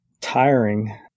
tiring